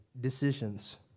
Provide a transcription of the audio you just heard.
decisions